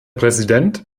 präsident